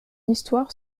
histoire